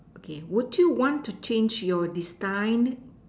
okay would you want to change your destined